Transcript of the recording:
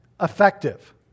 effective